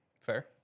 Fair